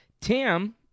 Tim